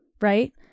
right